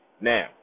Now